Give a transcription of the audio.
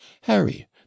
harry